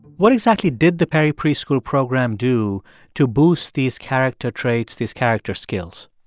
what exactly did the perry preschool program do to boost these character traits, these character skills?